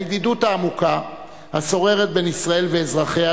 הידידות העמוקה השוררת בין ישראל ואזרחיה